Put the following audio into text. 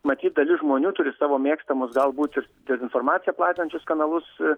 matyt dalis žmonių turi savo mėgstamus galbūt ir dezinformaciją plazdančius kanalus